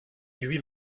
lui